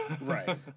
Right